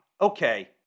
Okay